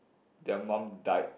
their mum died